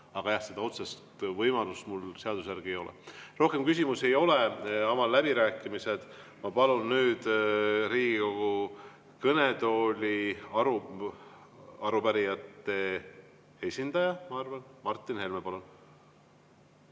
Aga jah, seda otsest võimalust mul seaduse järgi ei ole. Rohkem küsimusi ei ole. Avan läbirääkimised. Ma palun nüüd Riigikogu kõnetooli arupärijate esindaja, ma arvan, Martin Helme.